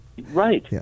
right